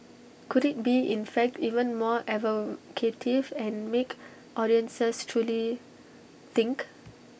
could IT be in fact even more evocative and make audiences truly think